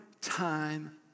time